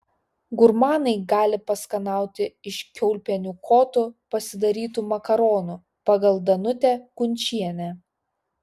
gurmanai gali paskanauti iš kiaulpienių kotų pasidarytų makaronų pagal danutę kunčienę